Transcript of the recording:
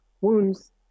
wounds